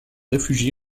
réfugié